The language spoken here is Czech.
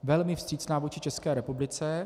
Velmi vstřícná vůči České republice.